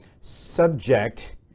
subject